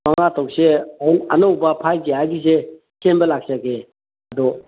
ꯃꯉꯥ ꯇꯔꯨꯛꯁꯦ ꯑꯅꯧꯕ ꯐꯥꯏꯕ ꯒꯤꯌꯥꯔꯒꯤꯁꯦ ꯁꯦꯝꯕ ꯂꯥꯛꯆꯒꯦ ꯑꯗꯣ